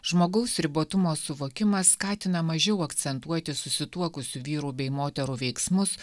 žmogaus ribotumo suvokimas skatina mažiau akcentuoti susituokusių vyrų bei moterų veiksmus